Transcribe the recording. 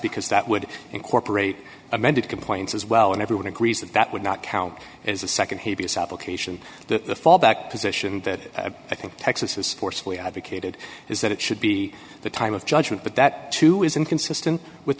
because that would incorporate amended complaints as well and everyone agrees that that would not count as a nd here because advocation the fallback position that i think texas is forcefully advocated is that it should be the time of judgment but that too is inconsistent with